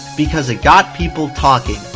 because it got people talking.